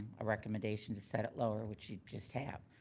a recommendation to set it lower, which you just have.